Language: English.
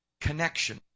Connection